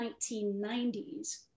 1990s